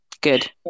Good